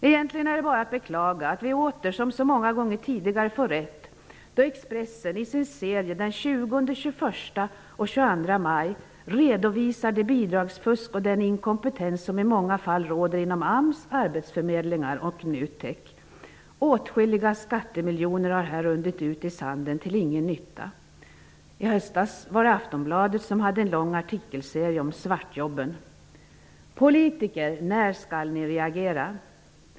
Egentligen är det bara att beklaga att vi åter, som så många gånger tidigare, får rätt, då Expressen i sin artikelserie den 20--22 maj redovisar det bidragsfusk och den inkompetens som i många fall råder inom AMS, arbetsförmedlingar och NUTEK. Åtskilliga skattemiljoner har här runnit ut i sanden till ingen nytta. I höstas var det Aftonbladet som hade en lång artikelserie om svartjobben. Politiker! När skall ni reagera?